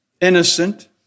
innocent